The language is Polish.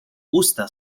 usta